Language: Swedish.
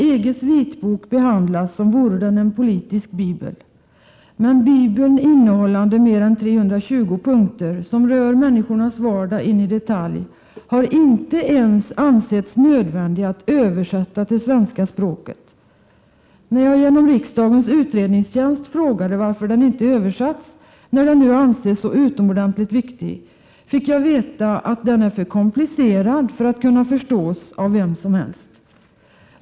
EG:s vitbok behandlas som vore den en politisk bibel. Men bibeln, innehållande mer än 320 punkter som rör människornas vardag in i detalj, har inte ens ansetts nödvändig att översätta till svenska språket. När jag genom riksdagens utredningstjänst frågade varför den inte översatts, när den nu anses så utomordentligt viktig, fick jag veta att den är för komplicerad för att kunna förstås av vem som helst.